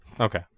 Okay